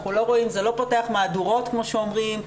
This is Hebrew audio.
זה לא פותח מהדורות, כמו שאומרים.